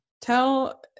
tell